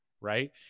right